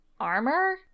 armor